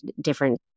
different